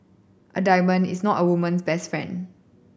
a diamond is not a woman's best friend